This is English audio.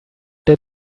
did